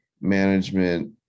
management